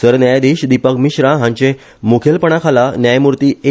सरन्यायाधिश दिपक मिश्रा हांचे मुखेलपणाखाला न्यायमुर्ती ए